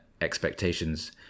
expectations